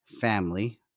family